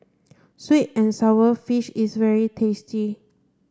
sweet and sour fish is very tasty